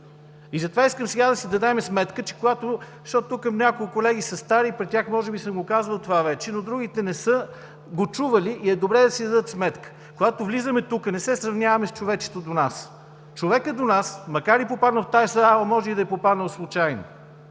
Затова искам да си дадем сметка, че когато – тук някои колеги са стари и пред тях може би съм казвал вече това, но другите не са го чували и е добре да си дадат сметка – влизаме тук, не се сравняваме с човечето до нас. Човекът до нас, макар и попаднал в тази среда, може да е попаднал и случайно.